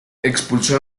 expulsó